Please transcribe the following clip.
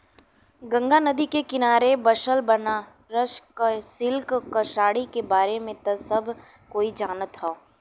गंगा नदी के किनारे बसल बनारस क सिल्क क साड़ी के बारे में त सब कोई जानत होई